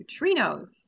neutrinos